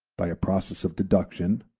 by a process of deduction,